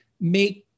make